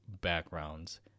backgrounds